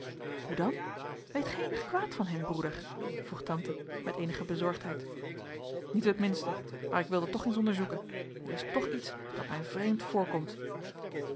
hoe dan weet gij eenig kwaad van hen broeder vroeg tante met eenige bezorgdheid niet het minste maar ik wil dat toch eens onderzoeken er is toch iets dat mij vreemd voorkomt